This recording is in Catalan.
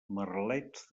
merlets